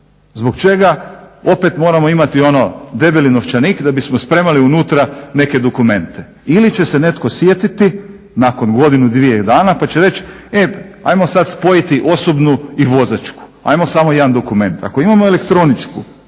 Zbog čega opet moramo imati ono debeli novčanik da bismo spremali unutra neke dokumente. Ili će se netko sjetiti nakon godinu, dvije dana pa će reći e hajmo sad spojiti osobnu i vozačku, hajmo samo jedan dokument. Ako imamo elektroničku